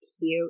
cute